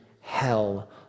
hell